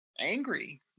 angry